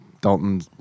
Dalton